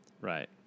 Right